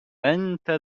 أنت